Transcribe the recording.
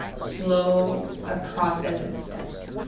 slow ah process and steps.